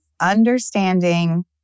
understanding